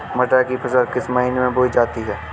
मटर की फसल किस महीने में बोई जाती है?